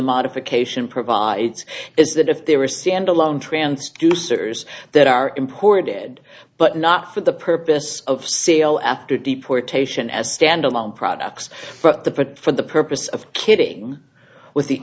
modification provides is that if there were standalone transducers that are imported but not for the purpose of sale after deportation as standalone products but the for the purpose of kidding with the